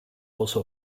also